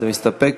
אתה מסתפק?